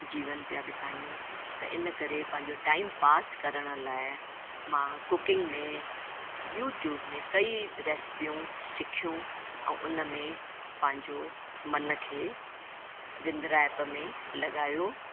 जीवन पिया बितायूं त इन करे पंहिंजो टाइम पास करण लाइ मां कुकिंग में यूटयूब में कई रैसिपियूं सिखियूं ऐं उन में पंहिंजो मन खे विंद्रायप में लॻायो